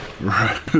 right